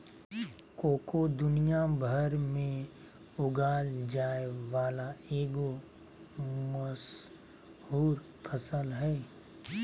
cocoa दुनिया भर में उगाल जाय वला एगो मशहूर फसल हइ